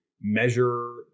measure